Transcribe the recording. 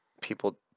people